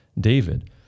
David